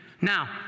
Now